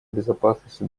безопасности